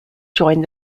joined